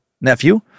nephew